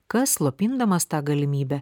kas slopindamas tą galimybę